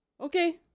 Okay